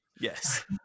Yes